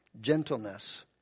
gentleness